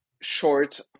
short